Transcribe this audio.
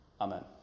Amen